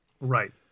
Right